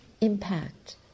impact